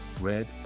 red